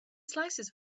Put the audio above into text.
slices